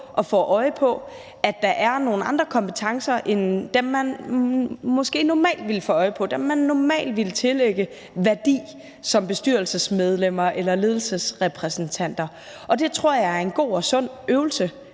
og får øje på, at der er nogle andre kompetencer end dem, man måske normalt ville få øje på, nogle andre end dem, man normalt ville tillægge værdi som bestyrelsesmedlemmer eller ledelsesrepræsentanter. Og det tror jeg er en god og sund øvelse